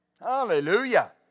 Hallelujah